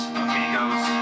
amigos